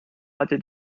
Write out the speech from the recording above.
hatte